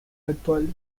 actuales